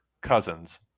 Cousins